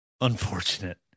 unfortunate